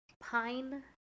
pine